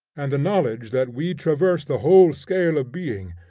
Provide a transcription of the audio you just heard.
and the knowledge that we traverse the whole scale of being,